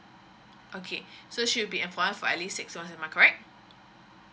okay so she will be employed for at least six month am I correct